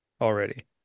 already